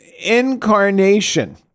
incarnation